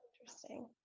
interesting